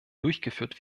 durchgeführt